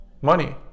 money